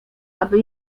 aby